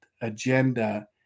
agenda